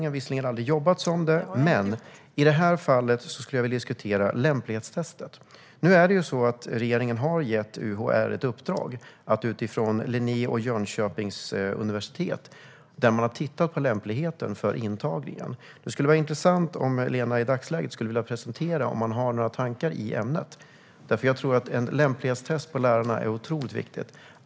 Hon har visserligen aldrig jobbat i yrket, men i det här fallet skulle jag vilja diskutera lämplighetstestet. Regeringen har alltså gett UHR ett uppdrag utifrån Linnéuniversitet och Jönköpings universitet, där man har tittat på lämpligheten för antagning. Det skulle vara intressant om Lena Hallengren i dagsläget skulle vilja presentera om man har några tankar i ämnet. Jag tror nämligen att ett lämplighetstest för lärare är otroligt viktigt.